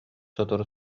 сотору